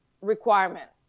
requirement